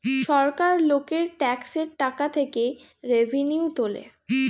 সরকার লোকের ট্যাক্সের টাকা থেকে রেভিনিউ তোলে